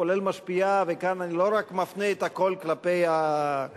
כולל וכאן אני לא מפנה את הכול רק כלפי האופוזיציה,